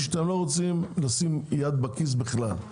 הוא שאתם לא רוצים לשים יד בכיס בכלל.